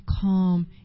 calm